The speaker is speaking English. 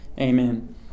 Amen